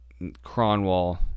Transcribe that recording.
Cronwall